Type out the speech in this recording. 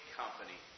company